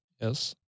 Yes